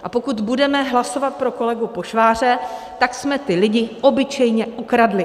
A pokud budeme hlasovat pro kolegu Pošváře, tak jsme ty lidi obyčejně okradli.